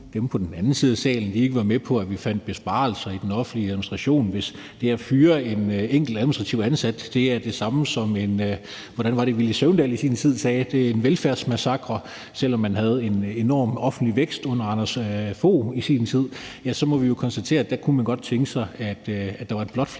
dem på den anden side af salen ikke var med på, at vi fandt besparelser i den offentlige administration, og hvis det at fyre en enkelt administrativ ansat er det samme som en – hvordan var det, Villy Søvndal i sin tid sagde det, selv om man havde en enorm offentlig vækst under Anders Fogh Rasmussen i sin tid? – velfærdsmassakre, så må vi jo konstatere, at der kunne man godt tænke sig, at der var et blåt flertal,